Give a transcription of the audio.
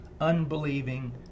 unbelieving